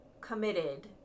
committed